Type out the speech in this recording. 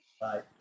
Bye